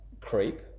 creep